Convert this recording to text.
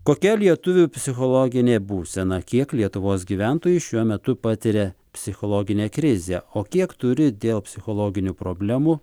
kokia lietuvių psichologinė būsena kiek lietuvos gyventojų šiuo metu patiria psichologinę krizę o kiek turi dėl psichologinių problemų